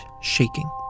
shaking